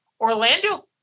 Orlando